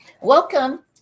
welcome